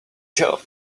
job